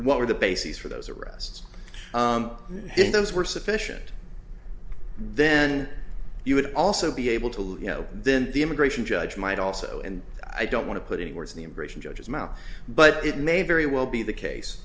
what were the bases for those arrests then those were sufficient then you would also be able to let you know then the immigration judge might also and i don't want to put any words in the immigration judges mouth but it may very well be the case